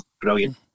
brilliant